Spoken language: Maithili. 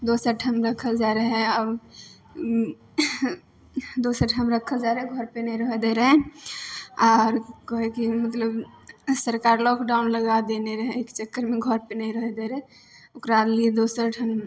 दोसर ठाम राखल जाए रहै आ दोसर ठाम राखए जा रहै घर पे नहि रहए दै रहै आर कहै कि मतलब सरकार लॉकडाउन लगा देने रहै ओहिके चक्करमे घर पे नहि रहए दै रहै ओकरा लिए दोसर ठाम